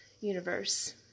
universe